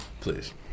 please